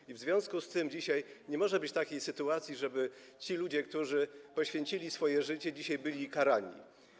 I w związku z tym dzisiaj nie może być takiej sytuacji, że ci ludzie, którzy poświęcili swoje życie, dzisiaj będą karani.